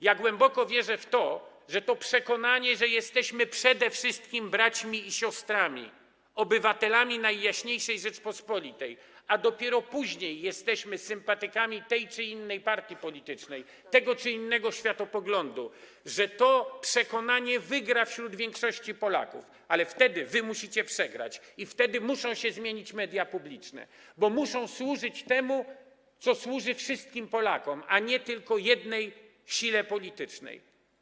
Ja głęboko wierzę w to, że to przekonanie, że jesteśmy przede wszystkim braćmi i siostrami, obywatelami Najjaśniejszej Rzeczypospolitej, a dopiero później jesteśmy sympatykami tej czy innej partii politycznej, tego czy innego światopoglądu, wygra wśród większości Polaków, ale wtedy wy musicie przegrać, wtedy muszą się zmienić media publiczne, bo muszą służyć temu, co służy wszystkim Polakom, a nie tylko jednej sile politycznej.